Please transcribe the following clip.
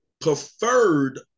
preferred